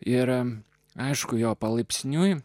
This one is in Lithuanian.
ir aišku jo palaipsniui